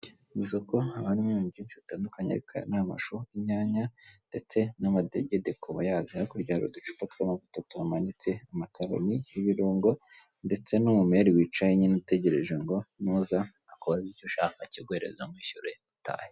Mu isoko haba harimo ibintu byinshi bitandukanye, aya ni amashu, inyanya, ndetse n'amadegede kubayazi, hakurya hari uducupa tw'amavuta tumanitse, amakaroni, ibirungo, ndetse n'umu meri wicaye nyine utegereje ngo nuza akubaze icyo ushaka, akiguhereze umwishyure, utahe.